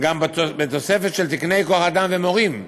בתוספת של תקני כוח-אדם ומורים.